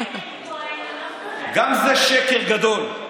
גם זה שקר גדול.